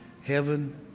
heaven